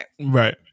Right